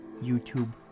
YouTube